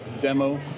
demo